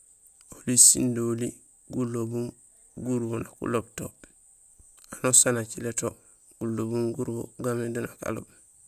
Oli sindili gulobum gurubo nak uloob to, unusaan acilé to gulobum gurubo gaamé deux nak aloob.